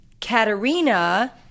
Katerina